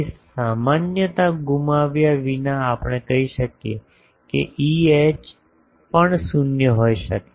તેથી સામાન્યતા ગુમાવ્યા વિના આપણે કહી શકીએ કે E H પણ શૂન્ય હોઈ શકે